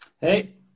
Hey